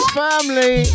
family